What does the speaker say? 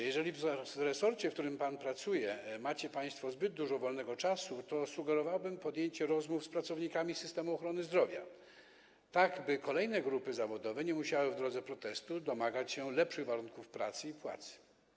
Jeśli w resorcie, w którym pan pracuje, macie państwo zbyt dużo wolnego czasu, to sugerowałbym podjęcie rozmów z pracownikami systemu ochrony zdrowia, aby kolejne grupy zawodowe nie musiały w drodze protestu domagać się lepszych warunków pracy i płacy.